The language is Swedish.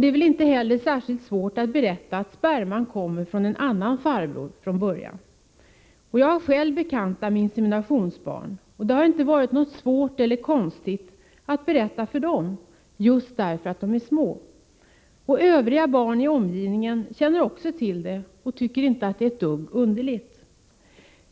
Det är väl inte heller särskilt svårt att berätta att sperman kommer från en annan farbror från början. Jag har själv bekanta med inseminationsbarn, och det har inte varit svårt eller konstigt att berätta för dem, just därför att de är små. Övriga barn i omgivningen känner också till det och tycker inte det är ett dugg underligt.